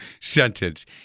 sentence